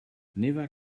never